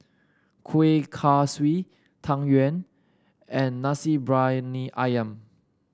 Kueh Kaswi Tang Yuen and Nasi Briyani ayam